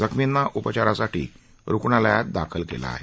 जखमींना उपचारासाठी रुग्णालयात दाखल केले आहे